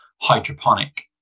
hydroponic